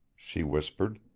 she whispered.